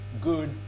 good